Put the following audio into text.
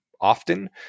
often